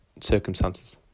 circumstances